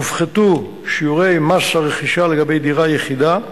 הופחתו שיעורי מס הרכישה לגבי דירה יחידה,